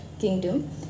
kingdom